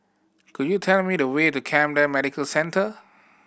could you tell me the way to Camden Medical Centre